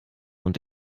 und